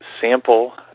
sample